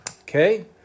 Okay